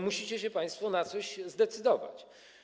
Musicie się państwo na coś zdecydować.